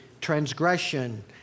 transgression